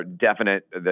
definite